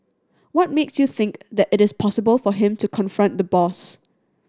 what makes you think that it is possible for him to confront the boss